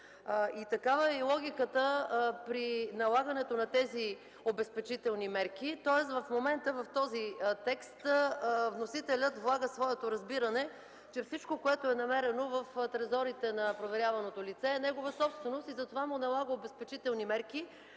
Такава е и логиката при налагането на тези обезпечителни мерки, тоест в момента в този текст вносителят влага своето разбиране, че всичко, което е намерено в трезорите на проверяваното лице, е негова собственост, и затова му налага обезпечителни мерки,